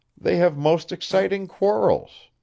they have most exciting quarrels.